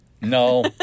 No